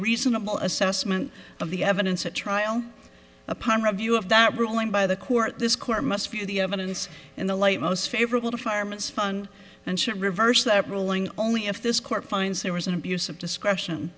reasonable assessment of the evidence at trial upon review of that ruling by the court this court must view the evidence in the light most favorable to fireman's fund and should reverse that ruling only if this court finds there was an abuse of discretion